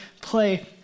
play